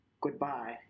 Goodbye